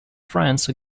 france